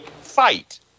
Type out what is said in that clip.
fight